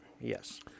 yes